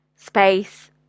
space